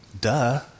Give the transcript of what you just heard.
duh